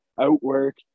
Out-work